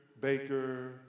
baker